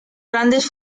grandes